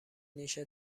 نیشت